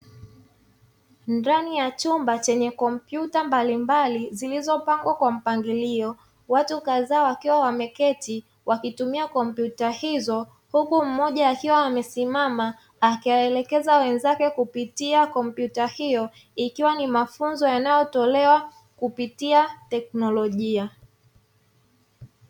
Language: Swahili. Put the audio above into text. Ndani yachumba chenye kompyuta mbalimbali zilizo pangwa kwa mpangilio, Watu kazaa wakiwa wameketi wakitumia kompyuta hizo huku mmoja akiwa amesimama akiwaelekeza wenzake kupitia kompyuta hiyo ikiwa nimafunzo yanayotolewa kupitia teknolojia.